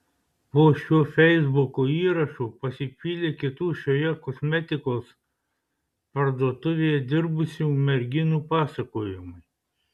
po šiuo feisbuko įrašu pasipylė kitų šioje kosmetikos parduotuvėje dirbusių merginų pasakojimai